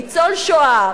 ניצול השואה,